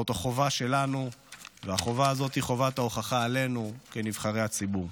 זאת החובה שלנו וחובת ההוכחה היא עלינו כנבחרי הציבור.